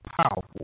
powerful